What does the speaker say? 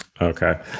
okay